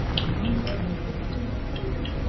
did you ever get from the state,